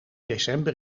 december